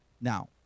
Now